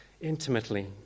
intimately